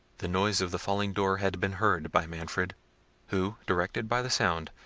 the noise of the falling door had been heard by manfred who, directed by the sound,